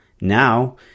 now